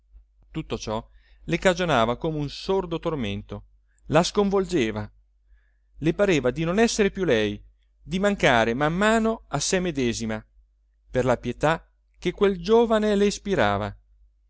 tutto ciò le cagionava come un sordo tormento la sconvolgeva le pareva di non esser più lei di mancare man mano a sé medesima per la pietà che quel giovane le ispirava